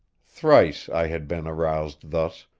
thrice i had been aroused thus,